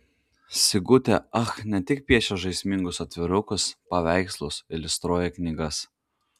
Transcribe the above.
sigutė ach ne tik piešia žaismingus atvirukus paveikslus iliustruoja knygas